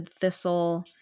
Thistle